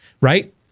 right